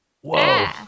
Whoa